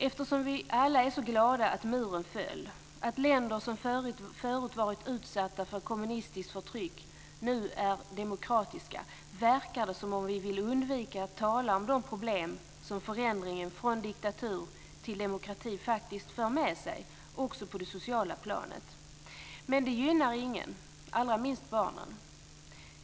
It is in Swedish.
Eftersom vi alla är så glada att muren föll och att länder som förut varit utsatta för kommunistiskt förtryck nu är demokratiska verkar det som om vi vill undvika att tala om de problem som förändringen från diktatur till demokrati faktiskt för med sig också på det sociala planet. Men det gynnar ingen, allra minst barnen.